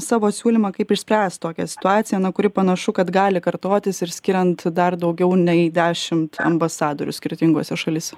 savo siūlymą kaip išspręst tokią situaciją na kuri panašu kad gali kartotis ir skiriant dar daugiau nei dešimt ambasadorių skirtingose šalyse